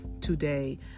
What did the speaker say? today